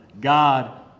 God